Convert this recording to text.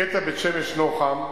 קטע בית-שמש נחם: